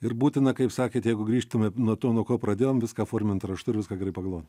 ir būtina kaip sakėt jeigu grįžtume nuo to nuo ko pradėjom viską formintraštu ir viską gerai pagalvot